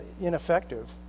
ineffective